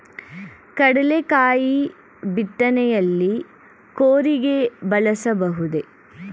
ಕಡ್ಲೆಕಾಯಿ ಬಿತ್ತನೆಯಲ್ಲಿ ಕೂರಿಗೆ ಬಳಸಬಹುದೇ?